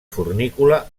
fornícula